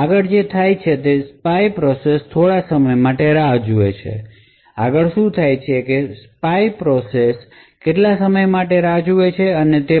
આગળ જે થાય છે તે સ્પાય પ્રોસેસ થોડા સમય માટે રાહ જુએ છે આગળ શું થાય છે તે સ્પાય પ્રોસેસ કેટલાક સમય માટે રાહ જુએ છે અને તે